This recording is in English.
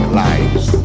lives